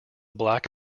black